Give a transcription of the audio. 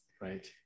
right